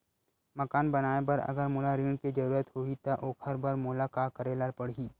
मकान बनाये बर अगर मोला ऋण के जरूरत होही त ओखर बर मोला का करे ल पड़हि?